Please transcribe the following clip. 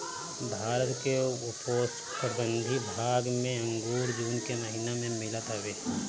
भारत के उपोष्णकटिबंधीय भाग में अंगूर जून के महिना में मिलत हवे